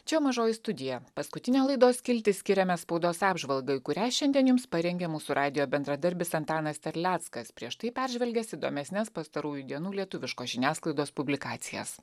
čia mažoji studija paskutinę laidos skiltį skiriame spaudos apžvalgai kurią šiandien jums parengė mūsų radijo bendradarbis antanas terleckas prieš tai peržvelgęs įdomesnes pastarųjų dienų lietuviškos žiniasklaidos publikacijas